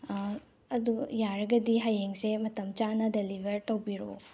ꯑꯗꯨ ꯌꯥꯔꯒꯗꯤ ꯍꯌꯦꯡꯁꯦ ꯃꯇꯝ ꯆꯥꯅ ꯗꯦꯜꯂꯤꯕꯔ ꯇꯧꯕꯤꯔꯛꯑꯣ